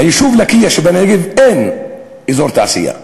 ביישוב לקיה שבנגב אין אזור תעשייה.